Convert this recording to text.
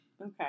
okay